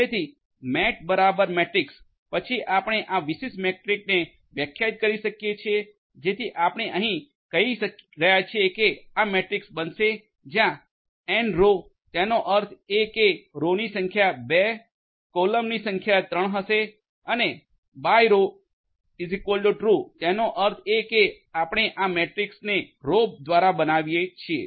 તેથી મેટ બરાબર મેટ્રિક્સ પછી આપણે આ વિશિષ્ટ મેટ્રિક્સને વ્યાખ્યાયિત કરીએ છીએ જેથી આપણે અહીં કહી રહ્યાં છીએ કે આ મેટ્રિક્સ બનશે જ્યાં એનરો તેનો અર્થ એ કે રોની સંખ્યા 2 કોલમની સંખ્યા 3 સમાન હશે અને બાયરો ટ્રુ તેનો અર્થ એ કે આપણે આ મેટ્રિક્સને રો દ્વારા બનાવીએ છીએ